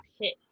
hit